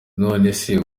nonese